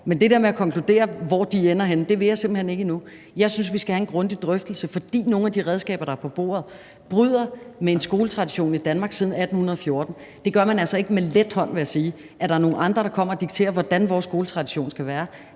men det der med at konkludere, hvor forhandlingerne ender henne, vil jeg simpelt hen ikke endnu. Jeg synes, vi skal have en grundig drøftelse, fordi nogle af de redskaber, der er på bordet, bryder med en skoletradition, vi har haft i Danmark siden 1814. Det gør man altså ikke med let hånd, vil jeg sige; altså, i forhold til at der er nogle andre, der kommer og dikterer, hvordan vores skoletradition skal være